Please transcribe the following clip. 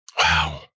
Wow